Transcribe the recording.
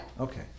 Okay